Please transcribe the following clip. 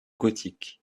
gothique